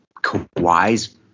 Kawhi's